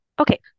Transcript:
okay